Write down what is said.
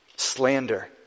Slander